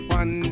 one